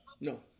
No